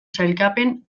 sailkapen